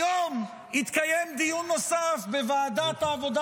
היום התקיים דיון נוסף בוועדת העבודה